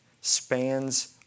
spans